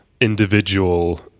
individual